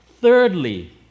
Thirdly